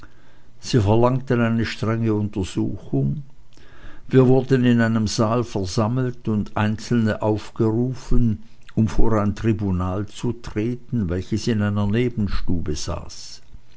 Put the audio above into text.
sie verlangten eine strenge untersuchung wir wurden in einem saale versammelt und einzeln aufgerufen um vor ein tribunal zu treten welches in einer nebenstube saß